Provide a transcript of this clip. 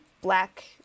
black